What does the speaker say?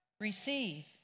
receive